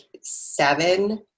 seven